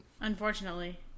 Unfortunately